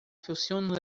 función